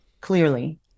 clearly